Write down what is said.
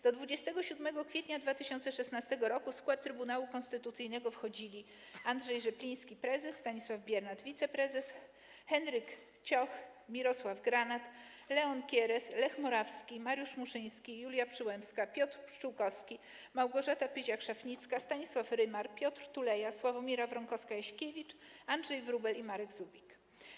Do 27 kwietnia 2016 r. w skład Trybunału Konstytucyjnego wchodzili: Andrzej Rzepliński - prezes, Stanisław Biernat - wiceprezes, Henryk Cioch, Mirosław Granat, Leon Kieres, Lech Morawski, Mariusz Muszyński, Julia Przyłębska, Piotr Pszczółkowski, Małgorzata Pyziak-Szafnicka, Stanisław Rymar, Piotr Tuleja, Sławomira Wronkowska-Jaśkiewicz, Andrzej Wróbel i Marek Zubik.